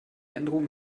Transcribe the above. änderungen